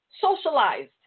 socialized